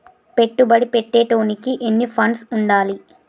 పెట్టుబడి పెట్టేటోనికి ఎన్ని ఫండ్స్ ఉండాలే?